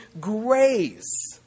grace